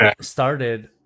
started